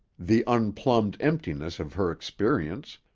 the unplumbed emptiness of her experience,